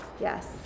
Yes